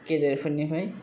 गेदेरफोरनिफ्राय